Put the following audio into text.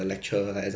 ya lor